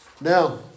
Now